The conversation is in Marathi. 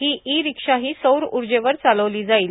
ही ई रिक्शाही सौरऊर्जेवरही चालविली जाईल